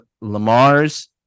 Lamar's